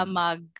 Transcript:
mag